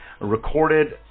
recorded